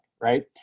right